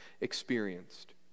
experienced